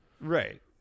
Right